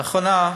לאחרונה,